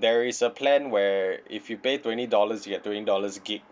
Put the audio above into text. there is a plan where if you pay twenty dollars you get twenty dollars gig